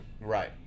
Right